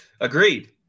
Agreed